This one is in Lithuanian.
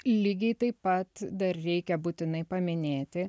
lygiai taip pat dar reikia būtinai paminėti